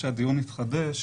כשהדיון יתחדש